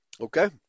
okay